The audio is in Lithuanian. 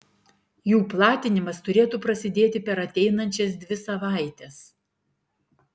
jų platinimas turėtų prasidėti per ateinančias dvi savaites